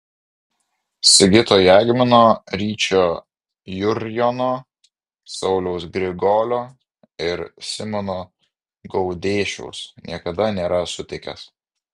sigito jagmino ryčio jurjono sauliaus grigolio ir simono gaudėšiaus niekada nėra sutikęs